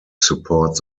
supports